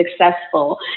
successful